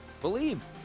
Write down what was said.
Believe